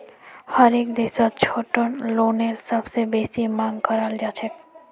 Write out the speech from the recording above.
हरेक देशत छोटो लोनेर सबसे बेसी मांग कराल जाछेक